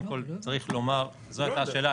יש לי עוד כמה דברים להגיד -- אני יודע.